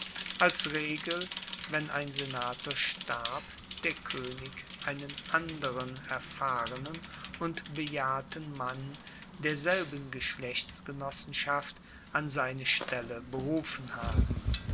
als regel wenn ein senator starb der koenig einen anderen erfahrenen und bejahrten mann derselben geschlechtsgenossenschaft an seine stelle berufen haben